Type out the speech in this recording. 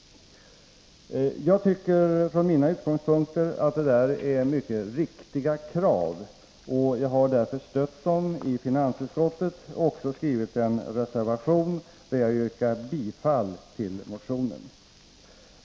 Jag tycker från mina utgångspunkter att detta är mycket berättigade krav, och jag har därför stött dem i finansutskottet och också avgivit en reservation där jag yrkar bifall till motionen.